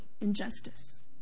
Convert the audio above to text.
injustice